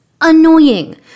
Annoying